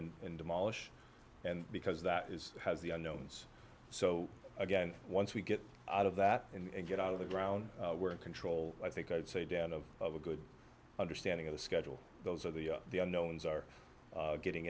and demolish and because that is has the unknowns so again once we get out of that and get out of the ground we're in control i think i should say down of of a good understanding of the schedule those are the the unknowns are getting